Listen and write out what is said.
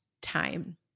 time